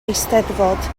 eisteddfod